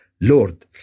Lord